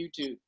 YouTube